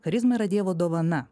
charizma yra dievo dovana